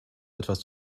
etwas